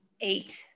eight